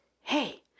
hey